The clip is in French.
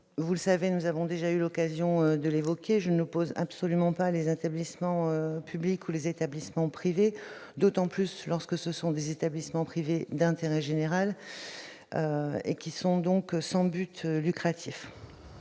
Monsieur Adnot, nous avons déjà eu l'occasion de l'évoquer, je n'oppose absolument pas les établissements publics aux établissements privés, surtout lorsqu'il s'agit d'établissements privés d'intérêt général et qui sont donc sans but lucratif.